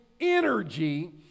energy